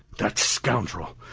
that scoundrel!